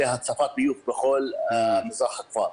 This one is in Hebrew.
זה הצפת ביוב בכל מזרח הכפר.